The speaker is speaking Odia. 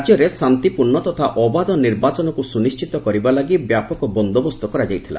ରାଜ୍ୟରେ ଶାନ୍ତିପୂର୍ଣ୍ଣ ତଥା ଅବାଧ ନିର୍ବାଚକୁ ସୁନିଣ୍ଟିତ କରିବା ଲାଗି ବ୍ୟାବକ ବନ୍ଦୋବସ୍ତ କରାଯାଇଥିଲା